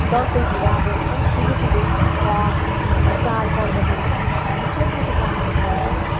दसैँतिर हाम्रो एकदम ठुलो ठुलो चाडपर्वतिर चाहिँ हामी हामी सेलरोटी बनाउने गर्छौँ र